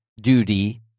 duty